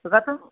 तदर्थं